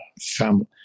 family